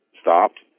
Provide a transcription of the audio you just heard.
stopped